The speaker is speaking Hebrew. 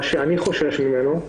מה שאני חושש ממנו,